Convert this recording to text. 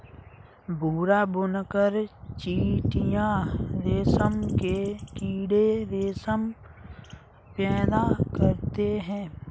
भूरा बुनकर चीटियां रेशम के कीड़े रेशम पैदा करते हैं